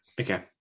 okay